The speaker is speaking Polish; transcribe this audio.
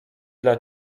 dla